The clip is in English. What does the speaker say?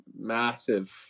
massive